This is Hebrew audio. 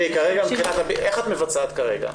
איך את מבצעת כרגע?